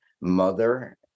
mother